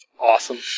awesome